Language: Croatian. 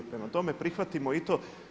Prema tome prihvatimo i to.